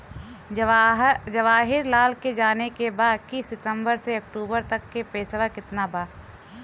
जवाहिर लाल के जाने के बा की सितंबर से अक्टूबर तक के पेसवा कितना बा?